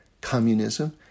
communism